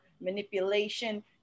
manipulation